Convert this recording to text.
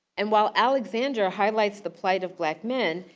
and while alexander highlights the plight of black men,